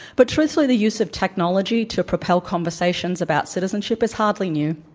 but truthfully the use of technology to propel conversations about citizenship is hardly new.